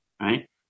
right